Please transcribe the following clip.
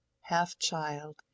half-child